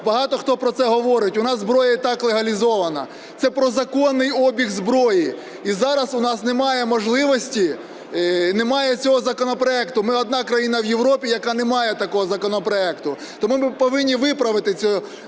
багато хто про це говорить, у нас зброя і так легалізована. Це про законний обіг зброї. І зараз у нас немає можливості, немає цього законопроекту, ми одна країна в Європі, яка не має такого законопроекту. Тому ми повинні виправити цю помилку.